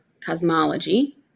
cosmology